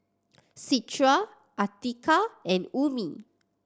Citra Atiqah and Ummi